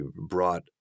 brought